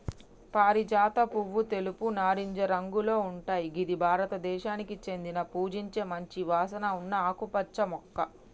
పారిజాత పువ్వు తెలుపు, నారింజ రంగులో ఉంటయ్ గిది భారతదేశానికి చెందిన పూజించే మంచి వాసన ఉన్న ఆకుపచ్చ మొక్క